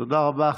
תודה רבה.